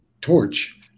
torch